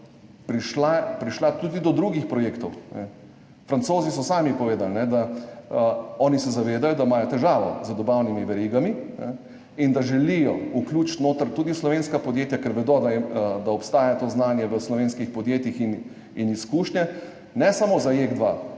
prišla tudi do drugih projektov. Francozi so sami povedali, da oni se zavedajo, da imajo težavo z dobavnimi verigami, in da želijo vključiti noter tudi slovenska podjetja, ker vedo, da obstaja to znanje v slovenskih podjetjih, in izkušnje. Ne samo za JEK2,